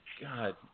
God